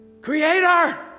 Creator